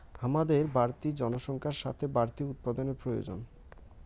হামাদের বাড়তি জনসংখ্যার সাথে বাড়তি উৎপাদানের প্রয়োজন